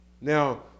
Now